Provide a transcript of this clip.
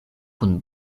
kun